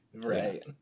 right